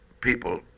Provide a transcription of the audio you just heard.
people